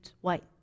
white